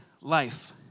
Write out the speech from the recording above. life